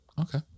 Okay